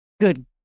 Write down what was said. good